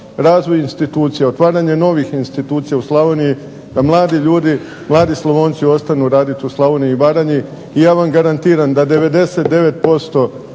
razvoj institucija, otvaranje novih institucija u Slavoniji da mladi ljudi, mladi Slavonci ostanu raditi u Slavoniji i Baranji. I ja vam garantiram da 99%